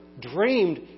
dreamed